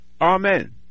amen